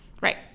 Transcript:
Right